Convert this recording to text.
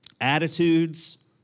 attitudes